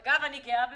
אגב, אני גאה בזה.